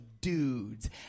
dudes